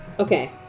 Okay